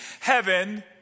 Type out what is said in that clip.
heaven